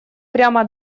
прямо